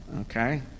okay